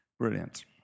Brilliant